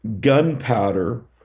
gunpowder